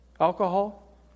alcohol